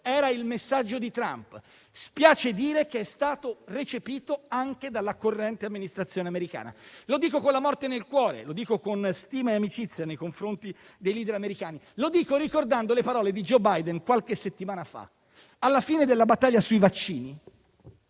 era il messaggio di Trump e spiace dire che è stato recepito anche dalla corrente amministrazione americana. Lo dico con la morte nel cuore e con stima e amicizia nei confronti dei *leader* americani. Lo dico ricordando le parole di Joe Biden di qualche settimana fa. Alla fine della battaglia sui vaccini,